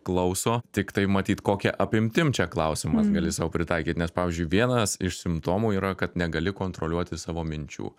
klauso tiktai matyt kokia apimtim čia klausimas gali sau pritaikyt nes pavyzdžiui vienas iš simptomų yra kad negali kontroliuoti savo minčių